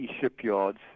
shipyards